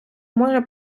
може